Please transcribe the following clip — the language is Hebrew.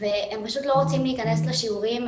והם פשוט לא רוצים להכנס לשיעורים,